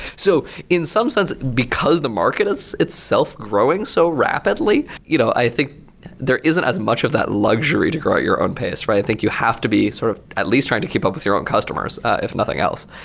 so in some sense, because the market is itself growing so rapidly, you know i think there isn't as much of that luxury to grow at your own pace. i think you have to be sort of at least trying to keep up with your own customers if nothing else.